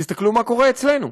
תסתכלו מה קורה אצלנו: